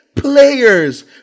players